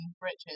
riches